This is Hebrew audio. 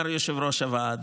אומר יושב-ראש הוועדה.